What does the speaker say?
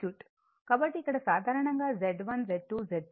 కాబట్టి ఇక్కడ సాధారణంగా Z1 Z2 Z3